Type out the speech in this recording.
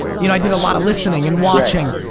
you know i did a lot of listening and watching.